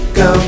go